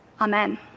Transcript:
amen